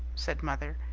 said mother,